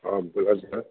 हाँ ब्लड है